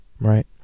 right